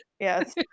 Yes